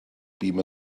bum